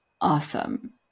Awesome